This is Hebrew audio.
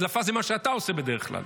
הדלפה זה מה שאתה עושה בדרך כלל.